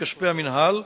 מכספי המינהל.